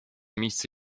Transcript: miejsce